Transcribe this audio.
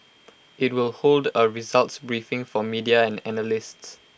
IT will hold A results briefing for media and analysts